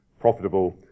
profitable